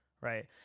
right